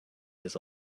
this